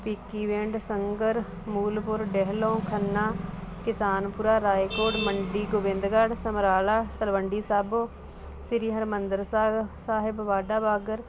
Bhikhi wind Sanghar Moolpur Dehlon Khanna Kisanpura Raikot Mandi Gobindgarh Samrala Talwandi Sabo Sri Harmandir Sahib Sahib Wagah border